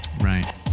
Right